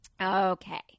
okay